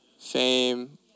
fame